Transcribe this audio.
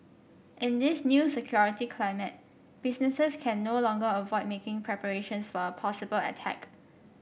in this new security climate businesses can no longer avoid making preparations for a possible attack